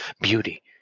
beauty